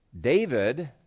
David